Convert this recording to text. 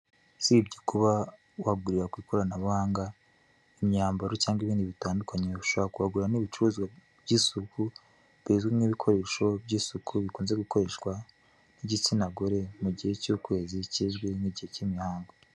Usibye kuba wagurira ku ikoranabuhanga imyambaro cyangwa ibindi bitandukanye ushobora kuhagurira nk'ibicuruzwa by'isuku bizwi nk'ibikoresho by'isuku bikunze gukoreshwa n'igitsina gore mu gihe cy'ukwezi kizwi nk'igihe k'imihango.